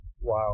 Wow